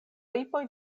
lipoj